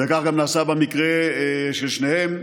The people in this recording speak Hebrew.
ואגב, זה גם נעשה במקרה של שניהם,